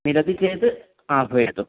मिलति चेत् आह्वयतु